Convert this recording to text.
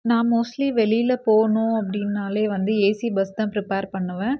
நான் மோஸ்ட்லி வெளியில் போகணும் அப்படின்னாலே வந்து ஏசி பஸ் தான் ப்ரிப்பேர் பண்ணுவேன்